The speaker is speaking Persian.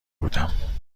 بودم